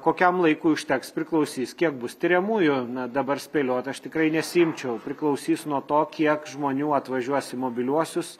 kokiam laikui užteks priklausys kiek bus tiriamųjų na dabar spėliot aš tikrai nesiimčiau priklausys nuo to kiek žmonių atvažiuos į mobiliuosius